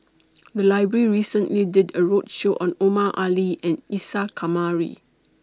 The Library recently did A roadshow on Omar Ali and Isa Kamari